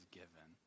given